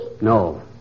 No